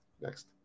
Next